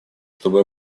чтобы